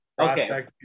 Okay